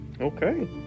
Okay